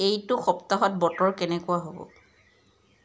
এইটো সপ্তাহত বতৰ কেনেকুৱা হ'ব